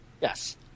yes